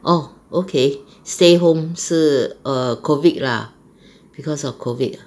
orh okay stay home 是 err COVID ah because of COVID